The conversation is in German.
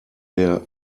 der